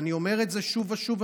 ואני אומר את זה שוב ושוב,